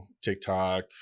TikTok